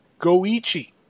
Goichi